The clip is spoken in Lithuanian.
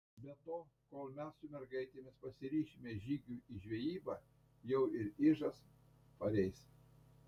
be to kol mes su mergaitėmis pasiryšime žygiui į žvejybą jau ir ižas pareis